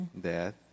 Death